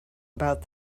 about